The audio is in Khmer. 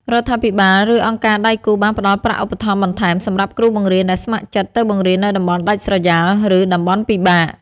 រដ្ឋាភិបាល ឬអង្គការដៃគូបានផ្តល់ប្រាក់ឧបត្ថម្ភបន្ថែមសម្រាប់គ្រូបង្រៀនដែលស្ម័គ្រចិត្តទៅបង្រៀននៅតំបន់ដាច់ស្រយាល ឬតំបន់ពិបាក។